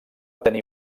tenir